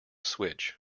switch